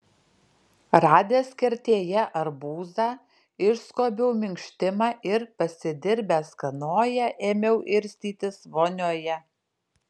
radęs kertėje arbūzą išskobiau minkštimą ir pasidirbęs kanoją ėmiau irstytis vonioje